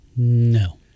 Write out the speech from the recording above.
No